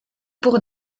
pour